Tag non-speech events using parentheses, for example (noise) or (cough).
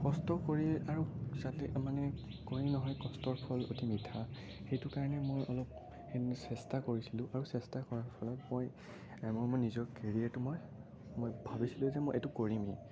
কষ্ট কৰি আৰু যাতে মানে কয় নহয় কষ্টৰ ফল অতি মিঠা সেইটো কাৰণে মই অলপ (unintelligible) চেষ্টা কৰিছিলোঁ আৰু চেষ্টা কৰাৰ ফলত মই মই নিজৰ কেৰিয়াটো মই মই ভাবিছিলোঁ যে মই এইটো কৰিমেই